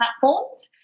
platforms